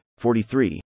43